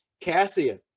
cassia